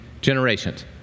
generations